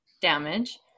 damage